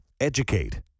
Educate